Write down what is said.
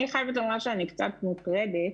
אני חייבת לומר שאני קצת מוטרדת